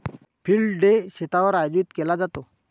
field day शेतावर आयोजित केला जातो